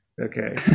okay